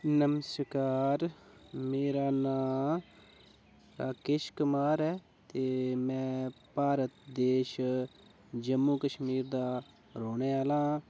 नमस्कार मेरा नांऽ राकेश कुमार ऐ ते में भारत देश जम्मू कश्मीर दा रौह्ने आह्ला